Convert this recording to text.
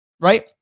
Right